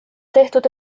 tehtud